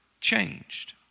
changed